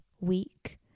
week